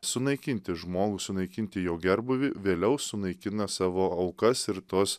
sunaikinti žmogų sunaikinti jo gerbūvį vėliau sunaikina savo aukas ir tuos